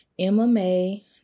MMA